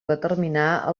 determinar